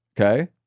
okay